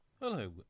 Hello